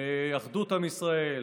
באחדות עם ישראל,